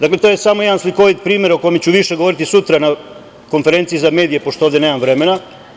Dakle, to je samo jedan slikovit primer o kome ću više govoriti sutra na konferenciji za medije, pošto ovde nemam vremena.